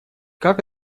как